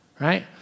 right